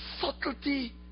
subtlety